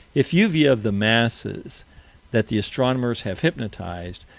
if you be of the masses that the astronomers have hypnotized,